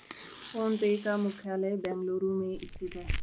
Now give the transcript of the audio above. phone पे का मुख्यालय बेंगलुरु में स्थित है